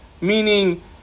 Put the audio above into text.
meaning